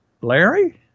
Larry